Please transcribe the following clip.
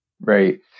Right